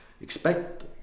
expect